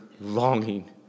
longing